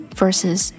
versus